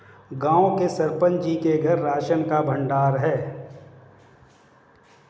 गांव के सरपंच जी के घर राशन का भंडार है